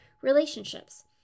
Relationships